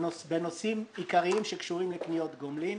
בנושאים עיקריים שקשורים לקניות גומלין